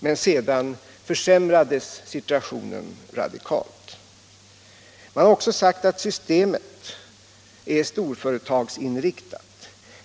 Men sedan försämrades situationen radikalt. Man har också sagt att systemet är storföretagsinriktat.